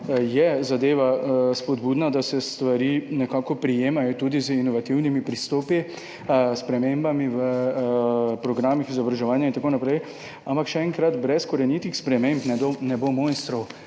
je zadeva spodbudna, da se stvari nekako prijemajo tudi zaradi inovativnih pristopov, zaradi sprememb v programih izobraževanja in tako naprej. Ampak še enkrat, brez korenitih sprememb ne bo mojstrov.